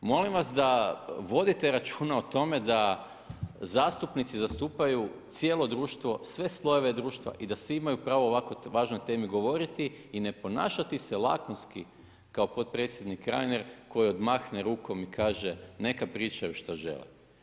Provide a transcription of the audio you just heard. Molim vas da vodite računa o tome da zastupnici zastupaju cijelo društvo, sve slojeve društva i da svi imaju pravo o ovako važnoj temi govoriti i ne ponašati se lakonski kao potpredsjednik Reiner koji odmahne rukom i kaže neka pričaju šta žele.